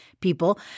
people